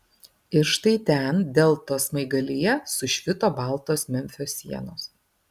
ir štai ten deltos smaigalyje sušvito baltos memfio sienos